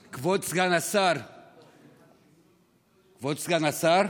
אני, כבוד סגן השר, כבוד סגן השר,